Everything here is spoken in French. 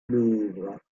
louvre